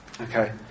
Okay